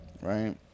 Right